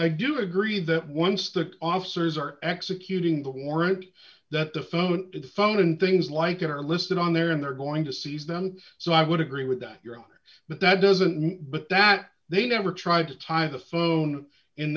i do agree that once the officers are executing the warrant that the phone and phone and things like that are listed on there and they're going to seize them so i would agree with your but that doesn't mean that they never tried to tie the phone in